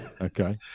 okay